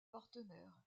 partenaires